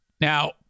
Now